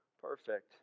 perfect